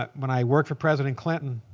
but when i worked for president clinton,